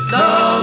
no